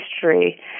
history